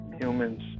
humans